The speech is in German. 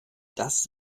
das